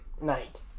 night